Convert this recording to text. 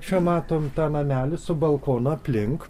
čia matom tą namelį su balkonu aplink